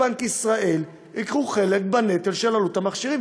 נכון שחברות כרטיסי האשראי ובנק ישראל ייקחו חלק בנטל של עלות המכשירים,